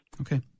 Okay